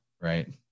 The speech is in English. right